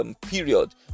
Period